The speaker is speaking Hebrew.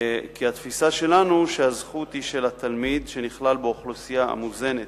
כי התפיסה שלנו היא שהזכות היא של התלמיד שנכלל באוכלוסייה המוזנת